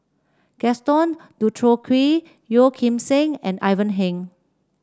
Gaston Dutronquoy Yeo Kim Seng and Ivan Heng